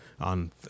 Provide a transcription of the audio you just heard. on